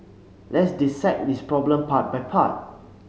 let's dissect this problem part by part